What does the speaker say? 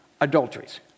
adulteries